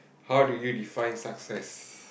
how do you define success